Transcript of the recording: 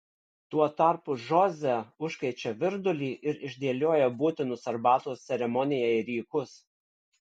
tuo tarpu žoze užkaičia virdulį ir išdėlioja būtinus arbatos ceremonijai rykus